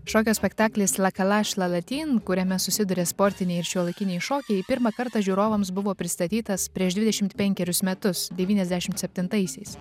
šokio spektaklis lakelašlalatin kuriame susiduria sportiniai ir šiuolaikiniai šokiai pirmą kartą žiūrovams buvo pristatytas prieš dvidešimt penkerius metus devyniasdešimt septintaisiais